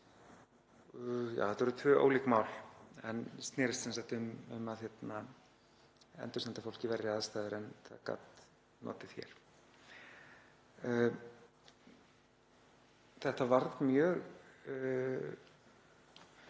Þetta voru tvö ólík mál en snerust sem sagt um að endursenda fólk í verri aðstæður en það gat notið hér. Þetta varð mjög